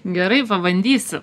gerai pabandysiu